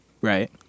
Right